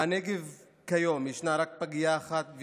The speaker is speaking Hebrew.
בנגב כיום ישנה רק פגייה אחת,